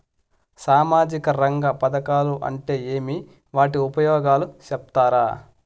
సామాజిక రంగ పథకాలు అంటే ఏమి? వాటి ఉపయోగాలు సెప్తారా?